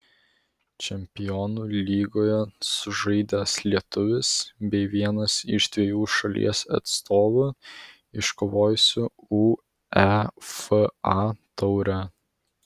čempionų lygoje sužaidęs lietuvis bei vienas iš dviejų šalies atstovų iškovojusių uefa taurę